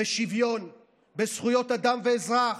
בשוויון, בזכויות אדם ואזרח,